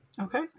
Okay